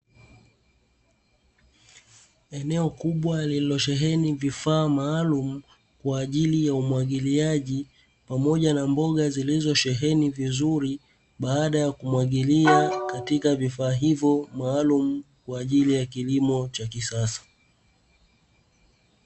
Eneo kubwa lililosheheni vifaa maalumu kwa ajili ya umwagiliaji, pamoja na mboga zilizosheheni vizuri baada ya kumwagilia katika vifaa hivyo maalumu, kwa ajili ya kilimo cha kisasa.